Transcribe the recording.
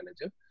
manager